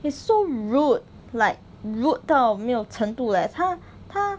he's so rude like rude 到没有程度 leh 他他